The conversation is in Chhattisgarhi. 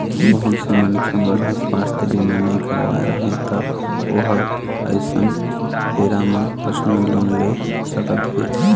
बहुत से मनखे मन ह सुवास्थ बीमा नइ करवाए रहय त ओ ह अइसन बेरा म परसनल लोन ले सकत हे